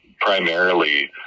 primarily